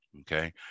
Okay